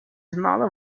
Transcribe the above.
smaller